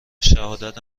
شهادت